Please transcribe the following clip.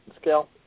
scale